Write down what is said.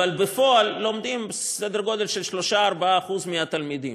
אבל בפועל לומדים סדר גודל של 3%, 4% מהתלמידים.